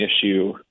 issue